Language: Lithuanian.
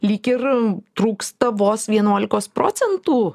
lyg ir trūksta vos vienuolikos procentų